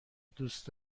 دوست